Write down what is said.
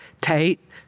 Tate